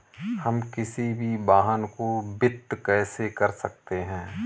हम किसी भी वाहन को वित्त कैसे कर सकते हैं?